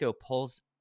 pulls